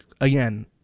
again